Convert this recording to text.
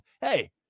Hey